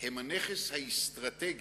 הן הנכס האסטרטגי